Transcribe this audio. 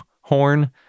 horn